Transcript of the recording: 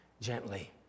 gently